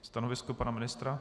Stanovisko pana ministra?